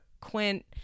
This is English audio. quint